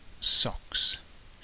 socks